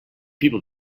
people